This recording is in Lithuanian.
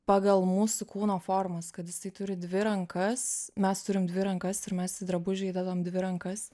pagal mūsų kūno formas kad jisai turi dvi rankas mes turim dvi rankas ir mes į drabužį įdedam dvi rankas